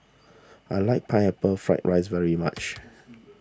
I like Pineapple Fried Rice very much